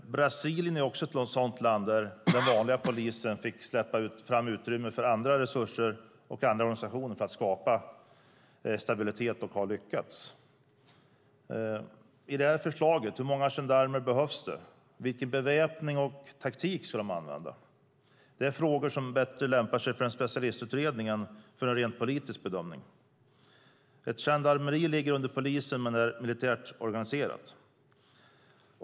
Brasilien är ett sådant land där den vanliga polisen fick lämna utrymme för andra resurser och andra organisationer för att kunna skapa stabilitet. Man har också lyckats med det. Hur många gendarmer behövs det enligt förslaget? Vilken beväpning och taktik ska de använda? Det är frågor som bättre lämpar sig för en specialistutredning än för en rent politisk bedömning. Ett gendarmeri ligger under polisen, men är militärt organiserat.